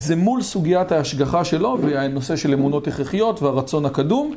זה מול סוגיית ההשגחה שלו והנושא של אמונות הכרחיות והרצון הקדום.